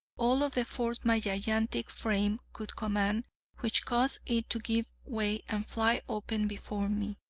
all of the force my gigantic frame could command which caused it to give way and fly open before me.